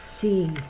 see